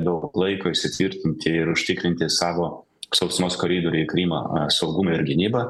daug laiko įsitvirtinti ir užtikrinti savo sausumos koridorių į krymą saugumą ir gynybą